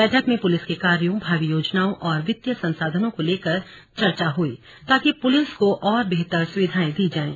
बैठक में पुलिस के कार्यो भावी योजनाओं और वित्तीय संसाधनों को लेकर चर्चा हुई ताकि पुलिस को और बेहतर सुविधाएं दी जाएं